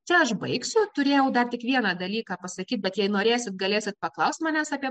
čia aš baigsiu turėjau dar tik vieną dalyką pasakyt bet jei norėsit galėsit paklausti manęs apie